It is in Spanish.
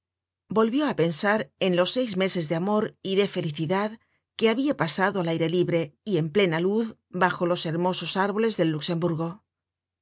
volvió á pensar en los seis meses de amor y de felicidad que habia pasado al aire libre y en plena luz'bajo los hermosos árboles del luxemburgo